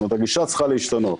זאת אומרת הגישה צריכה להשתנות.